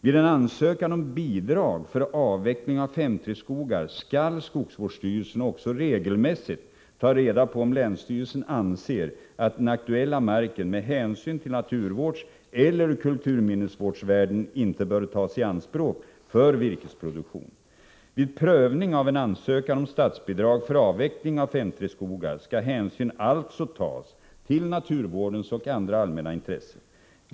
Vid en ansökan om bidrag för avveckling av 5:3-skogar skall skogsvårdsstyrelsen också regelmässigt ta reda på om länsstyrelsen anser att den aktuella marken med hänsyn till naturvårdseller kulturminnesvårdsvärden inte bör tas i anspråk för virkesproduktion. Vid prövning av en ansökan om statsbidrag för avveckling av 5:3-skogar skall hänsyn alltså tas till naturvårdens och andra allmänna intressen.